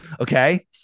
Okay